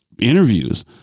interviews